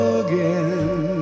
again